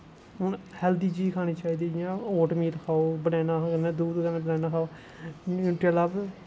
हून हैल्दी खानी चाहिदी जि'यां ओट मील खाओ दुद्ध कन्नै बनैना खाओ न्युट्रियंट लग